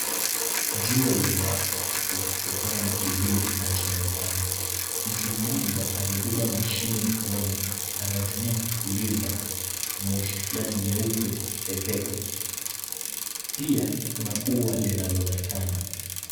Jua limewaka kutokana na kivuli kinachoonekana. Mtu mmoja amebeba mashine mkononi, anayotumia kupuliza moshi fulani nyeupe pepepe. Pia kuna ua linaloonekana.